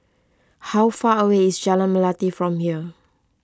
how far away is Jalan Melati from here